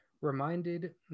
Reminded